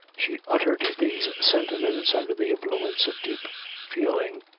she uttered these sentiments under the influence of deep feeling,